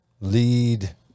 Lead